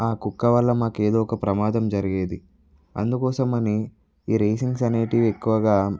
ఆకుక్క వల్ల మాకు ఏదో ఒక ప్రమాదం జరిగేది అందుకోసం అని ఈ రేసింగ్స్ అనేటివి ఎక్కువగా